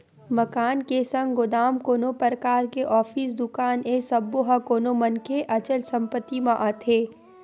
मकान के संग गोदाम, कोनो परकार के ऑफिस, दुकान ए सब्बो ह कोनो मनखे के अचल संपत्ति म आथे